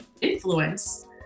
influence